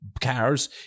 cars